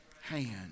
hand